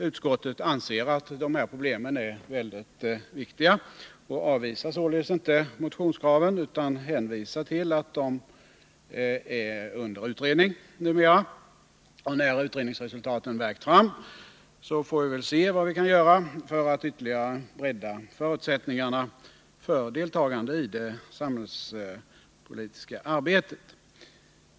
Utskottet anser att de här problemen är väldigt viktiga och avvisar således inte motionskraven utan hänvisar till att de numera är under utredning. När utredningsresultaten värkt fram får vi väl se vad vi kan göra för att ytterligare bredda förutsättningarna för deltagande i det samhällspolitiska arbetet.